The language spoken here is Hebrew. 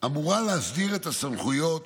אמורה להסדיר את הסמכויות